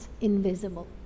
invisible